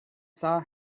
saw